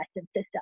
system